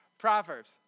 Proverbs